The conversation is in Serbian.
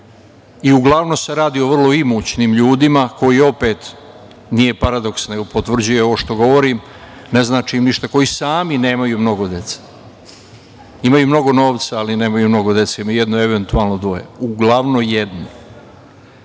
Uglavnom se radi o vrlo imućnim ljudima koji opet, nije paradoks, nego potvrđuje ovo što govorim, ne znači ništa, koji sami nemaju mnogo dece, imaju mnogo novca, ali nemaju mnogo dece, imaju jedno eventualno dvoje. Uglavnom jedno. To